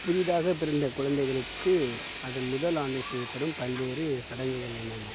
புதிதாக பிறந்த குழந்தைகளுக்கு அதன் முதல் ஆண்டில் செய்யப்படும் பல்வேறு சடங்குகள் என்னென்ன